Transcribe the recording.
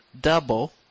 double